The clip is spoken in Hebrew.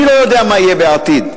אני לא יודע מה יהיה בעתיד.